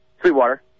Sweetwater